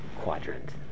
quadrant